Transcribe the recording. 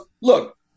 look